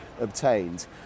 obtained